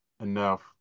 enough